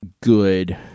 good